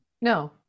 no